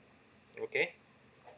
okay